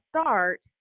start